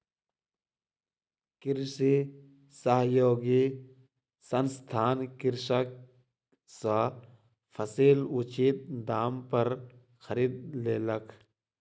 कृषि सहयोगी संस्थान कृषक सॅ फसील उचित दाम पर खरीद लेलक